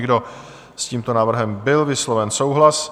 S tímto návrhem byl vysloven souhlas.